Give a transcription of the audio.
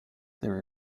there